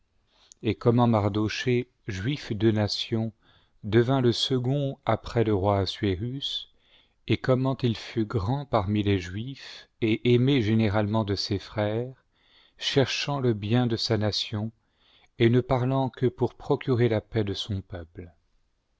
et comment mardochée juif de nation devint le second après le roi assuérus et comment il fut grand parmi les juifs et aimé généralement de ses frères cherchant le bien de sa nation et ne parlant que pour procurer la pai x de son peuple